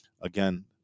again